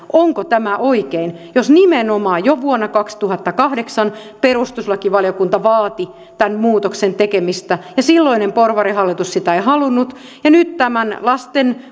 onko tämä oikein jos nimenomaan jo vuonna kaksituhattakahdeksan perustuslakivaliokunta vaati tämän muutoksen tekemistä ja silloinen porvarihallitus sitä ei halunnut ja nyt tekemällä tämä lasten